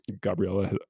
Gabriella